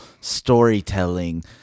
storytelling